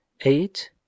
eight